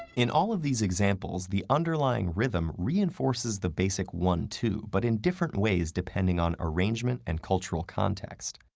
in all of these examples, the underlying rhythm reinforces the basic one-two, but in different ways depending on arrangement and cultural context.